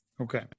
Okay